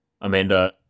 Amanda